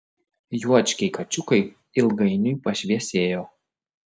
juočkiai kačiukai ilgainiui pašviesėjo